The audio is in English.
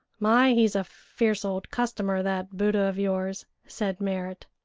my! he's a fierce old customer, that buddha of yours, said merrit.